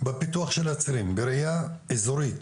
בפיתוח של הצירים בראיה אזורית,